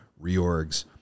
reorgs